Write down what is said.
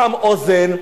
פעם אוזן,